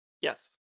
Yes